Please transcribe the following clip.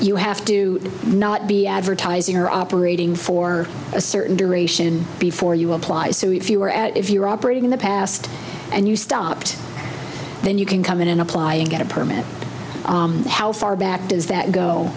you have to not be advertising or operating for a certain duration before you apply so if you were at if you're operating in the past and you stopped then you can come in and apply and get a permit how far back does that go